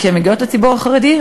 כשהם מגיעים לציבור החרדי,